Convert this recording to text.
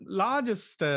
largest